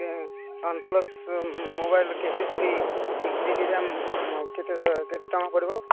OnePlus mobile କେତେଦିନ six GB RAM କେତେ କେତେ ଟଙ୍କା ପଡ଼ିବ